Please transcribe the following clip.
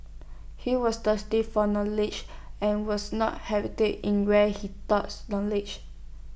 he was thirsty for knowledge and was not in where he sought knowledge